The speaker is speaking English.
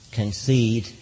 concede